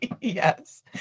Yes